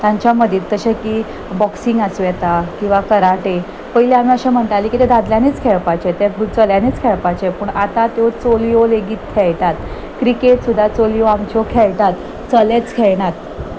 तांच्या मदींत तशें की बॉक्सींग आसूं येता किंवां कराटे पयलीं आमी अशें म्हणटालीं की ते दादल्यांनीच खेळपाचे ते चल्यानीच खेळपाचे पूण आतां त्यो चलयो लेगीत खेळटात क्रिकेट सुद्दां चलयो आमच्यो खेळटात चलेच खेळनात